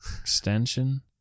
extension